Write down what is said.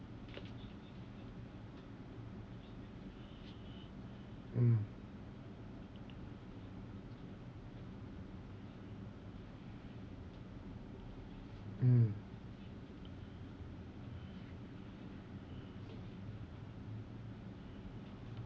mm mm